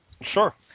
Sure